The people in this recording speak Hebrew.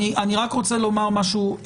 אני רק רוצה לומר משהו,